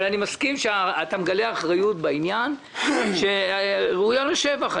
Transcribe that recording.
אבל אני מסכים שאתה מגלה אחריות בעניין והיא ראויה לשבח.